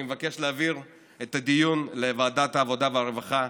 אני מבקש להעביר את הדיון לוועדת העבודה והרווחה,